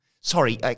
Sorry